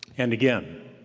and again,